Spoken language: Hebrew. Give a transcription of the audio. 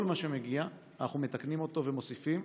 כל מה שמגיע, אנחנו מתקנים אותו ומוסיפים.